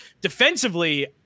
Defensively